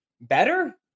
better